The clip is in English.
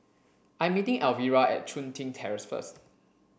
I'm meeting Alvira at Chun Tin Terrace first